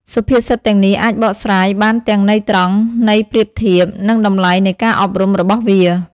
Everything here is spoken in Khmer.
សុភាសិតទាំងនេះអាចបកស្រាយបានទាំងន័យត្រង់ ន័យប្រៀបធៀប និងតម្លៃនៃការអប់រំរបស់វា។